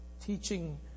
teaching